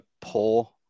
poor